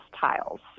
tiles